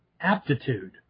aptitude